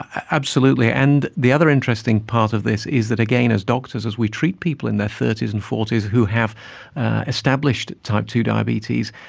absolutely. and the other interesting part of this is that, again, as doctors, as we treat people in their thirty s and forty s who have established type two diabetes,